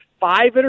five